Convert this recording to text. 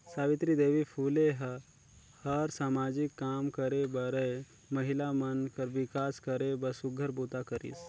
सावित्री देवी फूले ह हर सामाजिक काम करे बरए महिला मन कर विकास करे बर सुग्घर बूता करिस